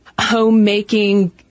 homemaking